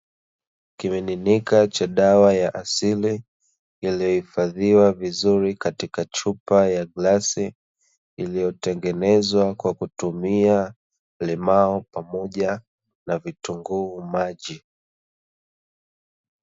Kimiminika cha dawa ya asili, iliyohifadhiwa vizuri katika chupa ya glasi iliyotengenezwa kwa kutumia limao pamoja na vitunguu maji.